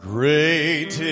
Great